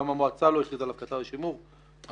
גם המועצה לא הכריזה עליו כאתר לשימור אבל